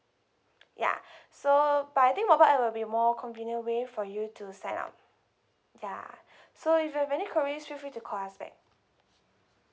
ya so but I think mobile app will be more convenient way for you to sign up ya so if you have any queries feel free to call us back